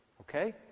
Okay